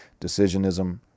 Decisionism